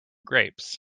grapes